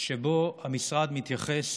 שבה המשרד מתייחס